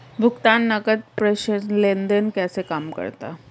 भुगतान नकद प्रेषण लेनदेन कैसे काम करता है?